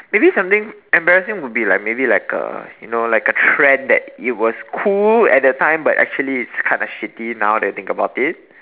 maybe something embarrassing would be like maybe like a you know like a trend that it was cool at that time but actually it's kind of shitty now that you think about it